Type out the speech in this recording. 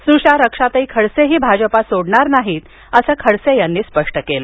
स्नूषा रक्षाताईं खडसेही भाजपा सोडणार नाहीत असं खडसे यांनी स्पष्ट केलं